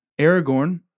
aragorn